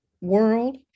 world